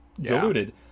diluted